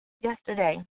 yesterday